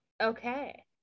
Okay